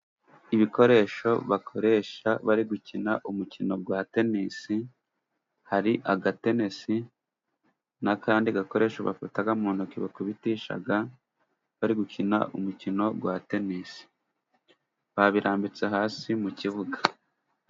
Ibikoresho bakoresha bari gukina umukino wa tenisi, hari agatenesi, n'akandi gakoresho bafata mu ntoki, bakubitisha bari gukina umukino wa tenisi. Babirambitse hasi mu kibuga.